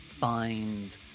find